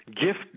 Gift